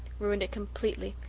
ruined it completely.